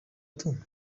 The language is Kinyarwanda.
tout